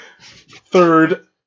third